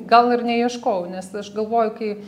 gal ir neieškojau nes aš galvoju kai